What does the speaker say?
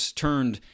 turned